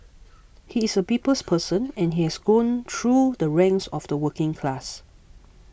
he is a people's person and he has grown through the ranks of the working class